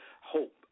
hope